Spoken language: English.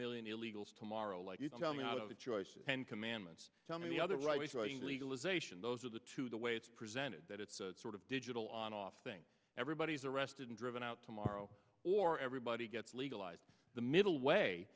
million illegals tomorrow like you tell me out of a choice ten commandments tell me the other right wing legalization those are the two the way it's presented that it's sort of digital on off thing everybody's arrested and driven out tomorrow or everybody gets legalized the middle way